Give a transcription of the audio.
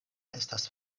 estas